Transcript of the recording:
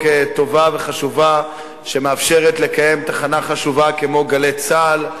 טובה וחשובה שמאפשרת לקיים תחנה חשובה כמו "גלי צה"ל".